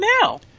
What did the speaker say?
now